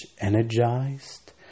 energized